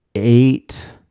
eight